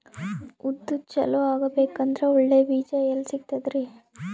ಉದ್ದು ಚಲೋ ಆಗಬೇಕಂದ್ರೆ ಒಳ್ಳೆ ಬೀಜ ಎಲ್ ಸಿಗತದರೀ?